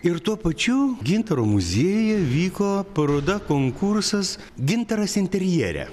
ir tuo pačiu gintaro muziejuje vyko paroda konkursas gintaras interjere